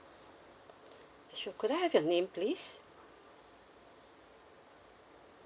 sure could I have your name please